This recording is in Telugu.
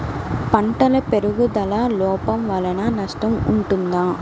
పంటల పెరుగుదల లోపం వలన నష్టము ఉంటుందా?